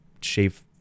shave